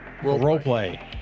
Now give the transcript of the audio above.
roleplay